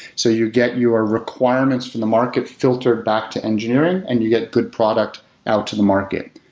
so you get your requirements from the market filtered back to engineering and you get good product out to the market.